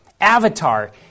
Avatar